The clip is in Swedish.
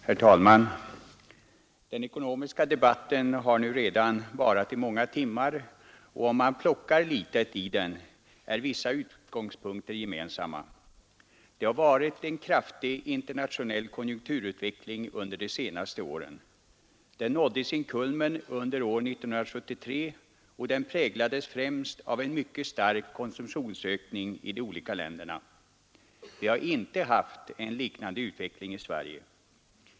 Herr talman! Den ekonomiska debatten har redan varat i många timmar, och om man plockar litet i den är vissa utgångspunkter gemensamma; det har varit en kraftig internationell konjunkturutveckling under de senaste åren. Den nådde sin kulmen under 1973 och den präglades främst av en mycket stark konsumtionsökning i de olika länderna. Vi har inte haft en liknande utveckling i Sverige.